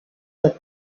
that